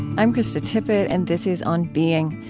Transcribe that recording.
i'm krista tippett, and this is on being.